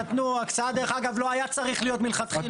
ההקצאה לא הייתה צריכה להיות מלכתחילה.